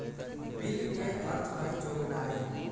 bill के अर्थ हइ जोगनाइ